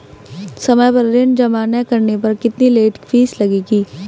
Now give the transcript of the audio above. समय पर ऋण जमा न करने पर कितनी लेट फीस लगेगी?